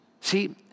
See